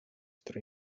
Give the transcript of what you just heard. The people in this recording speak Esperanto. tre